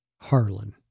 Harlan